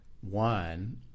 One